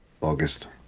August